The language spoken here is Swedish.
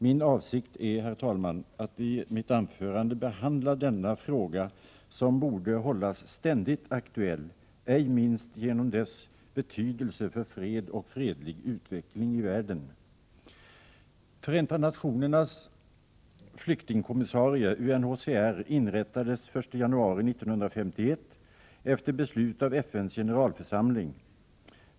Min avsikt är, herr talman, att i mitt anförande behandla denna fråga, som borde hållas ständigt aktuell ej minst på grund av dess betydelse för fred och fredlig utveckling i världen. Förenta nationernas flyktingkommissarie inrättades den 1 januari 1951 efter beslut av FN:s generalförsamling.